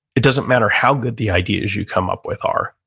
it doesn't matter how good the ideas you come up with are,